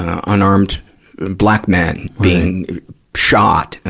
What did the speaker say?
ah unarmed black men being shot,